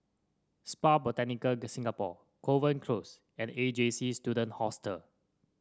Spa Botanica Singapore Kovan Close and A J C Student Hostel